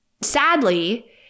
sadly